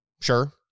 sure